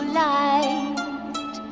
light